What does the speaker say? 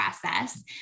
process